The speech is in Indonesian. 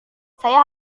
saya